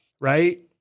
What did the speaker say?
right